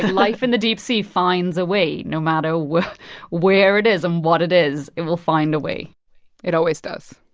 life in the deep sea finds a way. no matter where it is and what it is, it will find a way it always does.